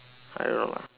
I don't know lah